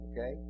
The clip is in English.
Okay